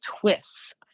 twists